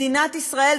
מדינת ישראל,